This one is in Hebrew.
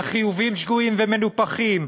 על חיובים שגויים ומנופחים,